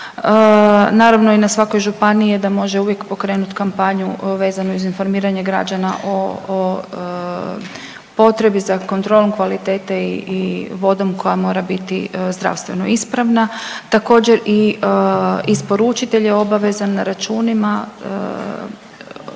Naravno i na svakoj županiji je da može uvijek pokrenuti kampanju vezano uz informiranje građana o, o potrebi za kontrolom kvalitete i vodom koja mora biti zdravstveno ispravna. Također i isporučitelj je obavezan na računima